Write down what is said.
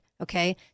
okay